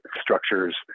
structures